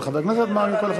של חבר הכנסת מרגי.